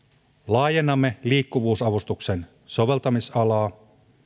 laajennamme liikkuvuusavustuksen soveltamisalaa